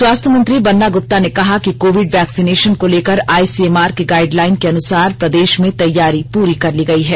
स्वास्थ्य मंत्री बन्ना गुप्ता ने कहा कि कोविड वैक्सीनेशन को लेकर आईसीएमआर के गाइडलाइन के अनुसार प्रदेश में तैयारी पूरी कर ली गई है